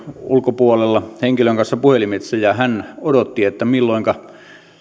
ulkopuolella henkilön kanssa puhelimitse ja hän odotti milloinka